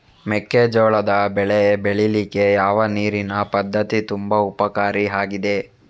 ಮೆಕ್ಕೆಜೋಳದ ಬೆಳೆ ಬೆಳೀಲಿಕ್ಕೆ ಯಾವ ನೀರಿನ ಪದ್ಧತಿ ತುಂಬಾ ಉಪಕಾರಿ ಆಗಿದೆ?